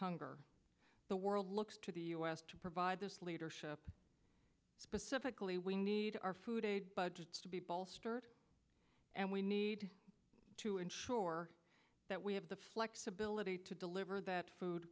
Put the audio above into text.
hunger the world looks to the u s to provide this leadership specifically we need our food aid budgets to be bolstered and we need to ensure that we have the flexibility to deliver that food